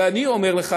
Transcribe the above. ואני אומר לך